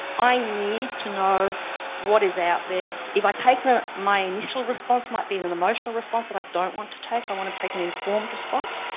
i need to know what is out there. if i take, my initial response might be an an emotional response that i don't want to take, i want to take an informed response.